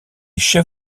chef